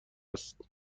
است